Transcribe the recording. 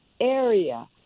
area